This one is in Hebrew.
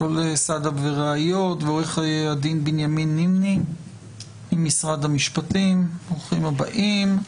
עורך הדין בנימין נמני ממשרד המשפטים ברוכים הבאים.